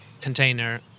container